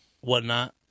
whatnot